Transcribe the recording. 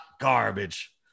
garbage